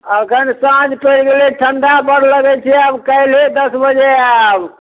एखन साँझ पड़ि गेलै ठंडा बड़ लगै छै आब काल्हिए दस बजे आयब